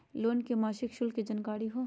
Loan के मासिक शुल्क के जानकारी दहु हो?